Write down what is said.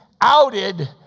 outed